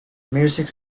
music